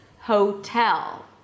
Hotel